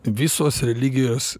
visos religijos